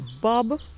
Bob